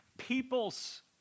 peoples